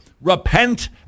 Repent